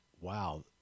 wow